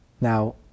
Now